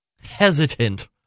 hesitant